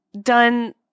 done